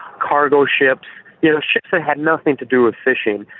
cargo ships you know, ships that had nothing to do with fishing.